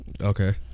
Okay